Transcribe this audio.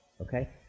okay